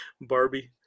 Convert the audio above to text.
Barbie